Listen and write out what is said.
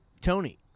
Tony